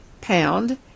pound